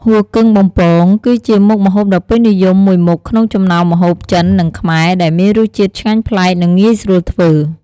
ហ៊ូគឹងបំពង គឺជាមុខម្ហូបដ៏ពេញនិយមមួយមុខក្នុងចំណោមម្ហូបចិន-ខ្មែរ ដែលមានរសជាតិឆ្ងាញ់ប្លែក និងងាយស្រួលធ្វើ។